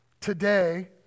today